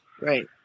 Right